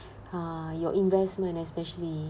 uh your investment especially